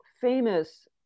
famous